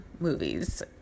Movies